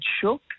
shook